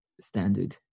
standard